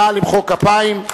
נא למחוא כפיים.